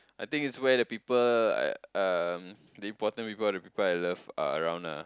I think it's where the people I um the important people the people I love are around ah